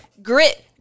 Grit